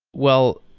well,